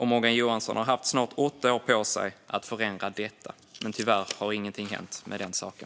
Morgan Johansson har haft snart åtta år på sig att förändra detta, men tyvärr har ingenting hänt med den saken.